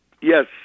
Yes